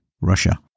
Russia